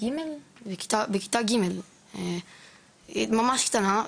ג׳ ממש קטנה,